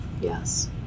Yes